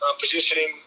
positioning